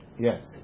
Yes